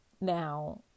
now